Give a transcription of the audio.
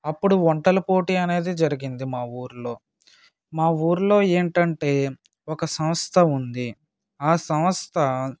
అప్పుడు వంటల పోటీ అనేది జరిగింది మా ఊరిలో మా ఊరిలో ఏంటంటే ఒక సంస్థ ఉంది ఆ సంస్థ